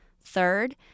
Third